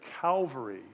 Calvary